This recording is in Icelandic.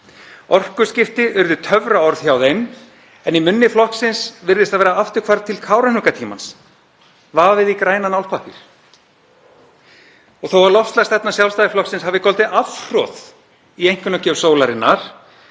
Orkuskipti urðu töfraorð hjá þeim en í munni flokksins virðist það vera afturhvarf til Kárahnjúkatímans, vafið í grænan álpappír. Þótt loftslagsstefna Sjálfstæðisflokksins hafi goldið afhroð í einkunnagjöf Sólarinnar